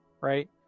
Right